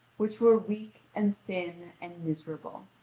which were weak, and thin, and miserable.